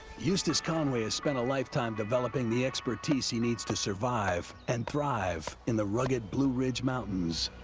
eustace conway has spent a lifetime developing the expertise he needs to survive and thrive in the rugged blue ridge mountains.